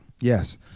yes